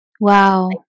Wow